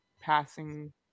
passing